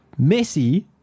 Messi